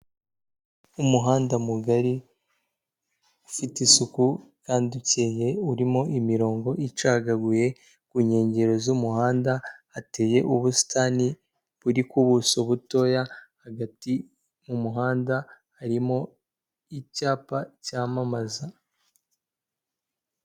Umuhanda mugari ufite isuku kandi ukeye urimo imirongo icagaguye ku nkengero z'umuhanda, hateye ubusitani buri ku buso butoya hagati mu muhanda harimo icyapa cyamamaza.